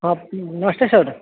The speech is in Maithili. हँ मास्टर साहेब